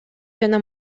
жана